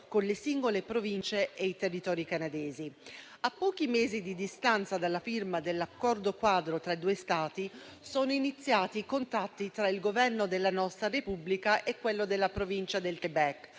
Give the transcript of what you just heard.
con le singole Province e i territori canadesi. A pochi mesi di distanza dalla firma dell'Accordo quadro tra i due Stati, sono iniziati i contatti tra il Governo della nostra Repubblica e quello della Provincia del Québec,